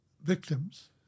victims